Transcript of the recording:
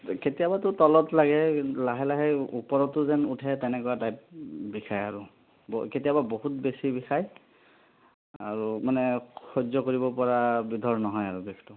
কেতিয়াবাটো তলত লাগে কিন্তু লাহে লাহে ওপৰতো যেন উঠে তেনেকুৱা টাইপ বিষায় আৰু কেতিয়াবা বহুত বেছি বিষায় আৰু মানে সহ্য কৰিব পৰা বিধৰ নহয় আৰু বিষটো